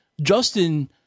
Justin